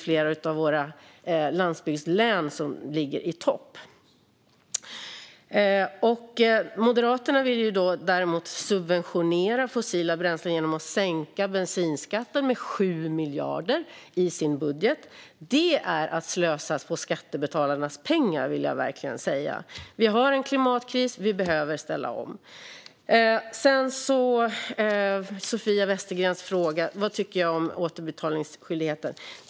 Flera av våra landsbygdslän ligger faktiskt också i topp. Moderaterna vill däremot subventionera fossila bränslen genom att sänka bensinskatten med 7 miljarder i sin budget. Det är att slösa med skattebetalarnas pengar, vill jag verkligen säga. Vi har en klimatkris; vi behöver ställa om. Sofia Westergren frågar vad jag tycker om återbetalningsskyldigheten.